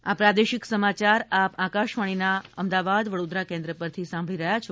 corona સંદેશ આ પ્રાદેશિક સમાચાર આપ આકશવાણીના અમદાવાદ વડોદરા કેન્દ્ર પરથી સાંભળી રહ્યા છે